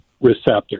receptor